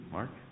Mark